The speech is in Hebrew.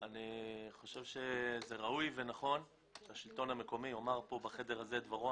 אני חושב שראוי ונכון שהשלטון המקומי יאמר פה בחדר הזה את דברו.